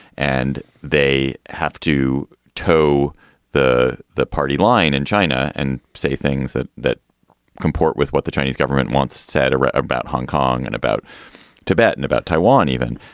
and they have to toe the the party line in china and say things that that comport with what the chinese government wants said about hong kong and about tibet and about taiwan even.